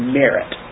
merit